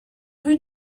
rue